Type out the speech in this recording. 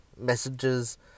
messages